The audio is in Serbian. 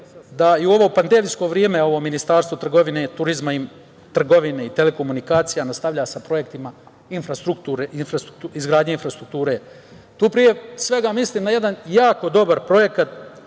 da je u ovo pandemsko vreme ovo Ministarstvo trgovine i telekomunikacija nastavlja sa projektima izgradnje infrastrukture. Tu pre svega mislim na jedan jako dobar projekat